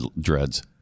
dreads